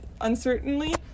uncertainly